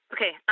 Okay